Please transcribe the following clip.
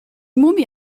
mumie